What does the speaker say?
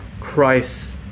Christ